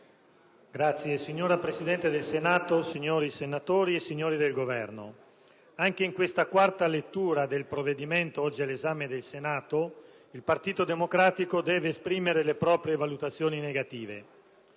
*(PD)*. Signora Presidente, signori senatori, signori del Governo, anche in questa quarta lettura del provvedimento oggi all'esame del Senato, il Partito Democratico deve esprimere le proprie valutazioni negative.